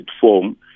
form